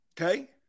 Okay